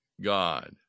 God